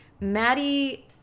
Maddie